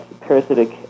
parasitic